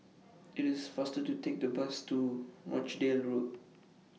IT IS faster to Take The Bus to Rochdale Road